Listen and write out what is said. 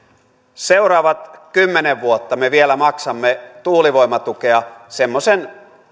seuraavat kymmenen vuotta me vielä maksamme tuulivoimatukea semmoisen